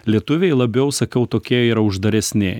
lietuviai labiau sakau tokie yra uždaresni